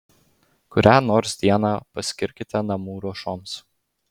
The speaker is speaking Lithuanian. kurią nors dieną paskirkite namų ruošoms